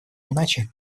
иначе